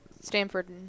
Stanford